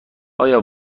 آیا